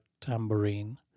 tambourine